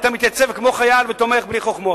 היית מתייצב כמו חייל ותומך בלי חוכמות.